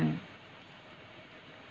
~(mm)